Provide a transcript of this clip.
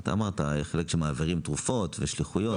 אתה אמרת שמעבירים תרופות ושליחויות.